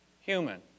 human